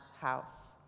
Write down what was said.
house